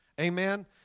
amen